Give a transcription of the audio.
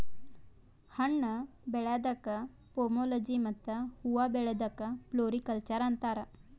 ಹಣ್ಣ್ ಬೆಳ್ಯಾದಕ್ಕ್ ಪೋಮೊಲೊಜಿ ಮತ್ತ್ ಹೂವಾ ಬೆಳ್ಯಾದಕ್ಕ್ ಫ್ಲೋರಿಕಲ್ಚರ್ ಅಂತಾರ್